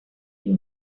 you